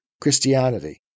Christianity